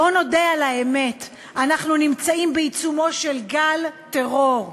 בואו נודה על האמת: אנחנו נמצאים בעיצומו של גל טרור,